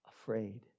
afraid